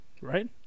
Right